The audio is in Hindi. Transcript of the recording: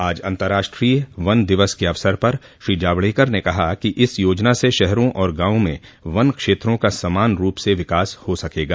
आज अंतर्राष्ट्रीय वन दिवस के अवसर पर श्री जावड़ेकर ने कहा कि इस योजना से शहरों और गांवों में वन क्षेत्रों का समान रूप से विकास हो सकगा